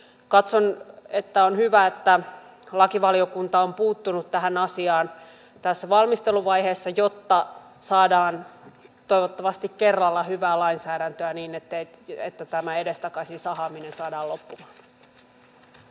katson että on hyvä että lakivaliokunta on puuttunut tähän asiaan tässä valmisteluvaiheessa jotta saadaan toivottavasti kerralla hyvää lainsäädäntöä niin että tämä edestakaisin sahaaminen saadaan loppumaan